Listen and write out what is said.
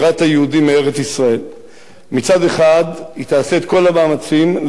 מצד אחד היא תעשה את כל המאמצים למלא את תל-אביב במסתננים רבים,